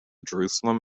jerusalem